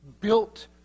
built